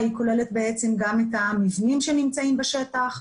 זה כולל גם את המבנים שנמצאים בשטח.